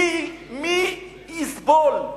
מי יסבול?